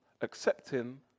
accepting